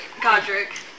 Godric